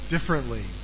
differently